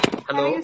Hello